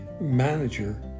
manager